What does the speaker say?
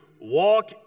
walk